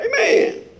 Amen